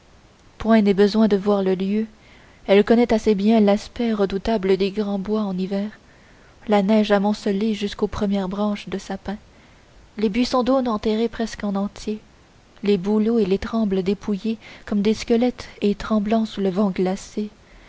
point n'est besoin de voir le lieu elle connaît assez bien l'aspect redoutable des grands bois en hiver la neige amoncelée jusqu'aux premières branches des sapins les buissons d'aunes enterrés presque en entier les bouleaux et les trembles dépouillés comme des squelettes et tremblant sous le vent glacé